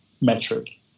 metric